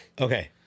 Okay